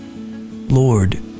Lord